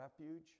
refuge